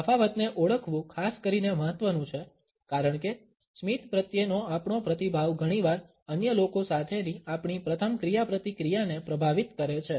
તફાવતને ઓળખવું ખાસ કરીને મહત્વનું છે કારણ કે સ્મિત પ્રત્યેનો આપણો પ્રતિભાવ ઘણીવાર અન્ય લોકો સાથેની આપણી પ્રથમ ક્રિયાપ્રતિક્રિયાને પ્રભાવિત કરે છે